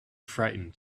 frightened